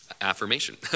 affirmation